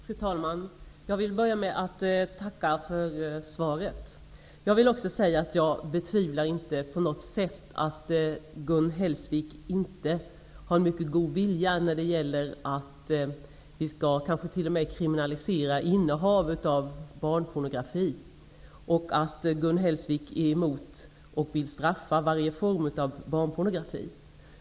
Fru talman! Jag vill börja med att tacka för svaret. Jag betvivlar inte på något sätt att Gun Hellsvik har en mycket god vilja när det gäller att vi t.o.m. skall kriminalisera innehav av barnpornografi och att Gun Hellsvik är emot och vill straffa varje form av barnpornografi.